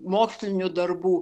mokslinių darbų